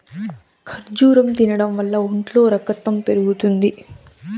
ఖర్జూరం తినడం వల్ల ఒంట్లో రకతం పెరుగుతుంది